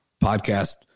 podcast